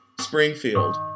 Springfield